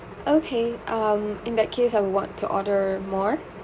okay um in that case I would want to order more